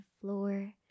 floor